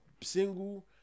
single